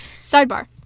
Sidebar